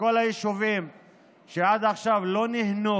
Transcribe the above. בכל היישובים שעד עכשיו לא נהנו